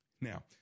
now